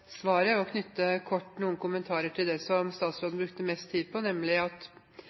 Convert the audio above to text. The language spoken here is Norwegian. svaret og kort knytte noen kommentarer til det som statsråden brukte mest tid på.